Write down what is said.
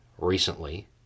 recently